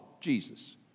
Jesus